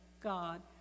God